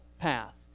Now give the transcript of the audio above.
path